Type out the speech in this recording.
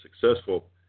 successful